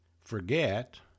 forget